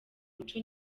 umuco